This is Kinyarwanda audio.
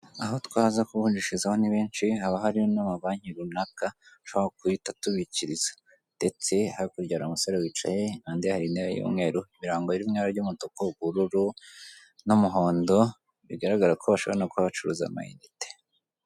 Abo twaza kuvunjishirizaho ni benshi, haba hari n'amabanki runaka ashaho guhita atubikiriza ndetse hakurya hari umusore wicaye, hanze hari intebe y'umweru, ibirango biri mu ibara ry'umutuku, ubururu, n'umuhondo, bigaragara ko bashobora kuba bacuruza amayinite.